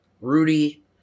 Rudy